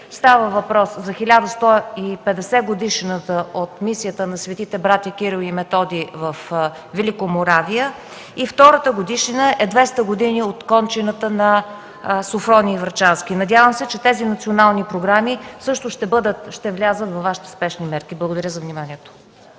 Става въпрос за 1150-годишнината от мисията на Светите братя Кирил и Методий във Великоморавия. Втората годишнина е 200 години от кончината на Софроний Врачански. Надявам се че тези национални програми също ще влязат във Вашите спешни мерки. Благодаря за вниманието.